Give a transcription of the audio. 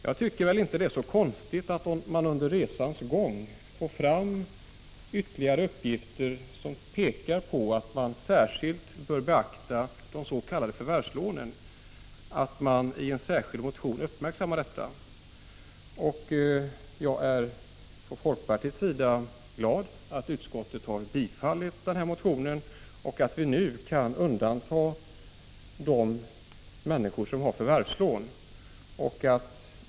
Jag tycker inte att det är så konstigt att man, om man under resans gång får fram ytterligare uppgifter som pekar på att man särskilt bör beakta de s.k. förvärvslånen, i en särskild motion uppmärksammar detta. Jag är på folkpartiets vägnar glad att utskottet har biträtt den motionen och att vi nu kan undanta de människor som har förvärvslån.